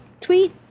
tweet